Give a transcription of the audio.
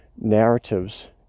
narratives